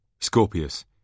Scorpius